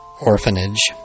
Orphanage